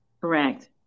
Correct